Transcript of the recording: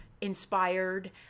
inspired